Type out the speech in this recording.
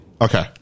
Okay